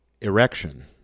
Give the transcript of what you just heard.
erection